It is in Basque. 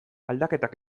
aldaketak